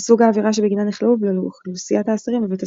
לסוג העבירה שבגינה נכלאו ולאוכלוסיית האסירים בבית הסוהר.